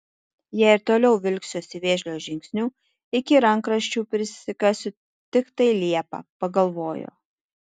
jei ir toliau vilksiuosi vėžlio žingsniu iki rankraščių prisikasiu tiktai liepą pagalvojo